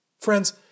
Friends